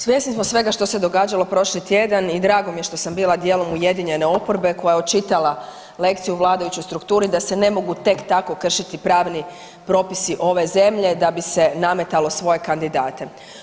Svjesni smo svega što se događalo prošli tjedan i drago mi je što sam bila dijelom ujedinjene oporbe koja je očitala lekciju vladajućoj strukturi da se ne mogu tek tako kršiti pravni propisi ove zemlje da bi se nametalo svoje kandidate.